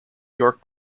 york